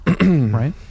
right